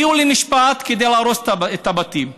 הגיעו למשפט כדי להרוס את הבתים.